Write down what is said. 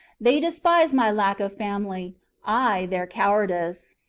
they despise my lack of family i their cowardice.